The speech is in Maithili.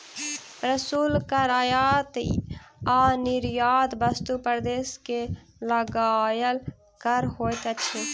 प्रशुल्क कर आयात आ निर्यात वस्तु पर देश के लगायल कर होइत अछि